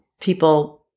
people